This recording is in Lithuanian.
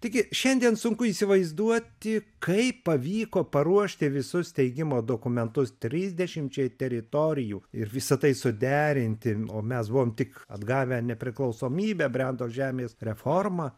taigi šiandien sunku įsivaizduoti kaip pavyko paruošti visus steigimo dokumentus trisdešimčiai teritorijų ir visa tai suderinti o mes buvom tik atgavę nepriklausomybę brendo žemės reforma